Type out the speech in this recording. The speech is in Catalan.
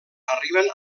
arriben